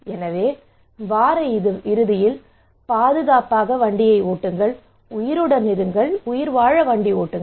எனவே வார இறுதியில் பாதுகாப்பாக ஓட்டுங்கள் உயிருடன் இருங்கள் உயிர்வாழ ஓட்டுங்கள்